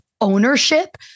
Ownership